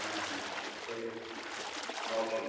হ্যাঁ হ্যাঁ এই ওকে